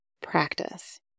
practice